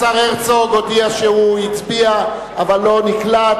השר הרצוג הודיע שהוא הצביע אבל לא נקלט.